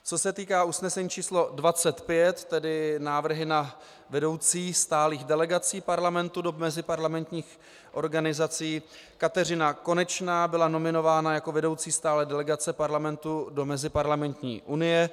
Co se týká usnesení číslo 25, tedy návrhy na vedoucí stálých delegací Parlamentu do meziparlamentních organizací, Kateřina Konečná byla nominována jako vedoucí stálé delegace Parlamentu do Meziparlamentní unie.